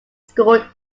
scored